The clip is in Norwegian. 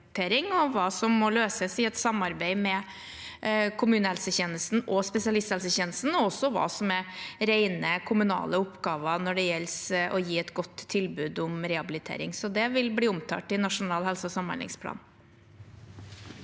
hva som må løses i et samarbeid med kommunehelsetjenesten og spesialisthelsetjenesten, og også hva som er rene kommunale oppgaver når det gjelder å gi et godt tilbud om rehabilitering. Så det vil bli omtalt i Nasjonal helse- og samhandlingsplan.